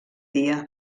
dia